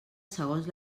segons